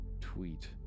tweet